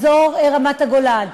אזור רמת-הגולן,